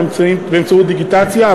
באמצעות דיגיטציה.